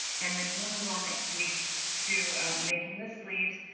and then we'll move on next week to making the sleeves.